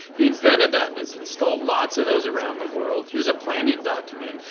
he invented that and has installed lots of those around the world. here is a planning document.